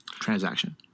transaction